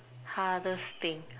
hardest thing